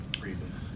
reasons